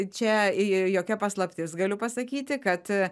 čia jokia paslaptis galiu pasakyti kad